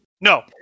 No